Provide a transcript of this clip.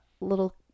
little